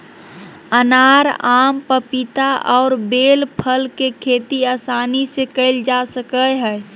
अनार, आम, पपीता और बेल फल के खेती आसानी से कइल जा सकय हइ